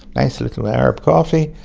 nice little arab coffee,